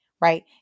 right